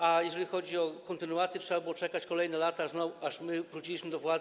A jeżeli chodzi o kontynuację, trzeba było czekać kolejne lata, aż my wróciliśmy do władzy.